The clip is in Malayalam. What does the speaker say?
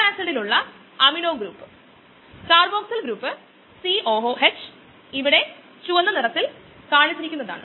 നിങ്ങൾക്ക് സമയമുള്ളപ്പോൾ ഇത് പരീക്ഷിച്ചു നോക്കുക ഇത് വളരെയധികം സമയമെടുക്കും അതിനാൽ ഞാൻ മുഴുവൻ കാര്യങ്ങളും പറയുന്നില്ല